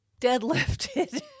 deadlifted